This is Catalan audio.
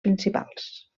principals